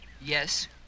Yes